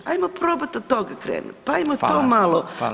Ajmo probati od toga krenuti pa ajmo to malo